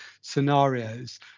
scenarios